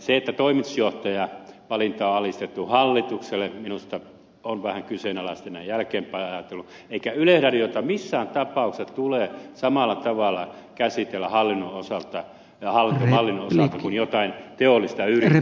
se että toimitusjohtajan valinta on alistettu hallitukselle minusta on vähän kyseenalaista näin jälkeenpäin ajatellen eikä yleisradiota missään tapauksessa tule samalla tavalla käsitellä hallinnon osalta kuin jotain teollista yritystä